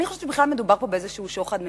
אני חושבת שבכלל מדובר פה במין שוחד ממסדי,